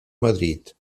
madrid